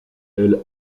elle